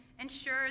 ensure